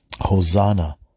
Hosanna